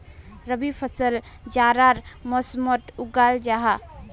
रबी फसल जाड़ार मौसमोट उगाल जाहा